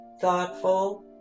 thoughtful